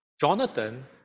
Jonathan